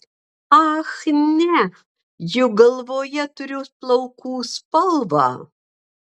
ach ne juk galvoje turiu plaukų spalvą